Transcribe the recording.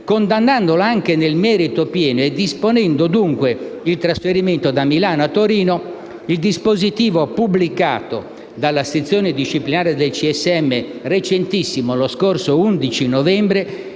condannandolo anche nel merito pieno e disponendone il trasferimento da Milano a Torino. Il dispositivo pubblicato dalla sezione disciplinare del CSM lo scorso 11 novembre